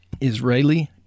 Israeli